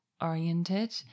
oriented